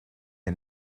her